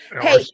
Hey